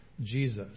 Jesus